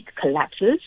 collapses